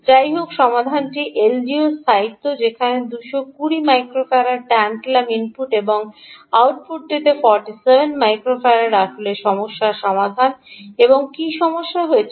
যাইহোক সমাধানটি এলডিওর স্থায়িত্ব যেখানে 220 মাইক্রোফার্ড ট্যানটালাম ইনপুট এবং আউটপুটটিতে 47 মাইক্রোফারাড আসলে সমস্যার সমাধান এবং কী সমস্যা ছিল